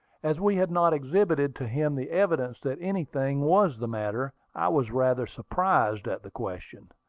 as we had not exhibited to him the evidences that anything was the matter, i was rather surprised at the question.